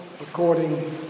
According